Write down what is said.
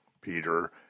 Peter